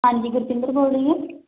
ਹਾਂਜੀ ਗੁਰਪਿੰਦਰ ਬੋਲ ਰਹੀ ਹਾਂ